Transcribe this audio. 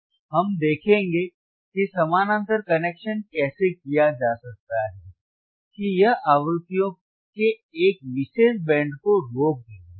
हम देखेंगे कि समानांतर कनेक्शन कैसे किया जा सकता है कि यह आवृत्तियों के एक विशेष बैंड को रोक देगा